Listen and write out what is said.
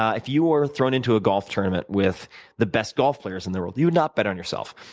ah if you were thrown into a golf tournament with the best golf players in the world, you would not bet on yourself.